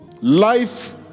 Life